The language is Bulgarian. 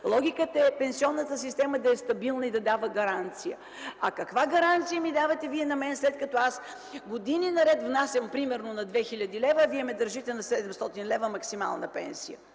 Логиката е пенсионната система да е стабилна и да дава гаранция. Каква гаранция ми давате, след като аз години наред внасям примерно на 2000 лв., а вие ме държите на 700 лв. максимална пенсия?!